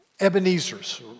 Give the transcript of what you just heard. Ebenezer's